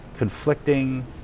Conflicting